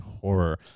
horror